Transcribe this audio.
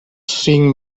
cinc